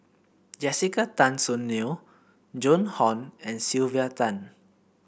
Jessica Tan Soon Neo Joan Hon and Sylvia Tan